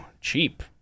cheap